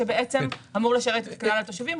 שבעצם אמור לשרת את כלל התושבים,